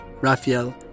Raphael